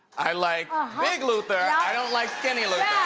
i like ah big luther, i don't like skinny luther. yeah